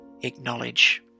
acknowledge